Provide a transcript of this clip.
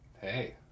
Hey